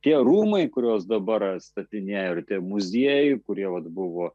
tie rūmai kuriuos dabar atstatinėja ir tie muziejai kurie buvo